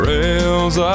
Rails